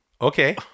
okay